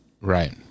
Right